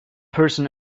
person